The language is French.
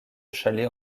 chalets